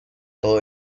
todo